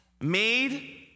made